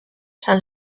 san